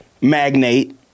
magnate